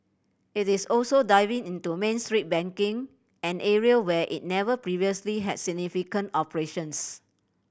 it is also diving into Main Street banking an area where it never previously had significant operations